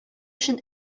өчен